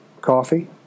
coffee